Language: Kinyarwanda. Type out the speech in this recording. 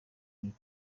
mille